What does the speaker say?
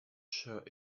sure